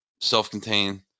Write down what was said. self-contained